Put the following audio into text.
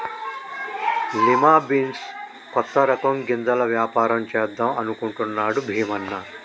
lima beans కొత్త రకం గింజల వ్యాపారం చేద్దాం అనుకుంటున్నాడు భీమన్న